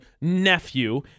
nephew